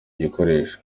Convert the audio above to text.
gikoresho